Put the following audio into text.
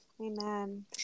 Amen